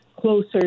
closer